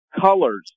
colors